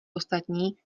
ostatní